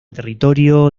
territorio